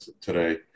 today